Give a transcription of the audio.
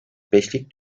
beşlik